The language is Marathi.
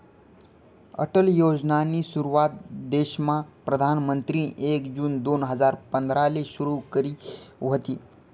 अटल योजनानी सुरुवात देशमा प्रधानमंत्रीनी एक जून दोन हजार पंधराले सुरु करी व्हती